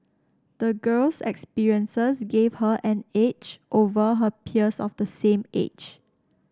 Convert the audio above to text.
the girl's experiences gave her an edge over her peers of the same age